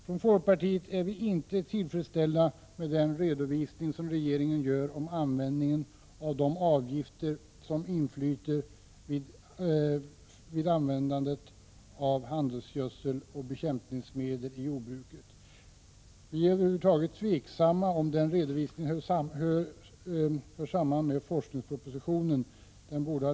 Från folkpartiet är vi inte tillfredsställda med den redovisning som regeringen gör angående användningen av de avgifter som flyter in vid användningen av handelsgödsel och bekämpningsmedel i jordbruket. Vi är över huvud taget tveksamma till om redovisningen hör samman med forskningspropositionen.